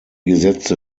gesetze